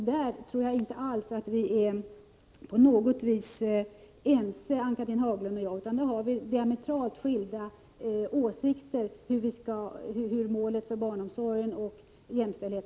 Där tror jag inte alls att Ann-Cathrine Haglund och jag på något vis är överens, utan vi har diametralt skilda åsikter om målet för barnomsorg och jämställdhet.